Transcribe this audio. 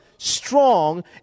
strong